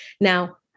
Now